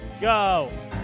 go